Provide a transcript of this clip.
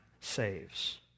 saves